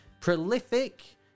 prolific